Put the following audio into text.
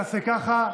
תעשה ככה,